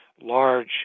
large